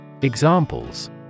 Examples